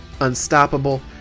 unstoppable